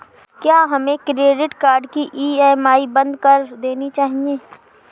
क्या हमें credit card की ई.एम.आई बंद कर देनी चाहिए?